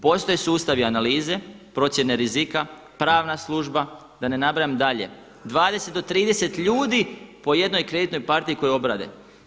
Postoje sustavi analize, procjene rizika, pravna služba da ne nabrajam dalje, 20 do 30 ljudi po jednoj kreditnoj partiji koju obrade.